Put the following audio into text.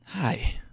Hi